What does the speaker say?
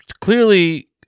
clearly